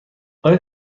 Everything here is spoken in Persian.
آیا